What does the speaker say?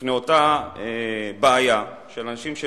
בפני אותה בעיה של אנשים,